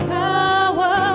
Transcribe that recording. power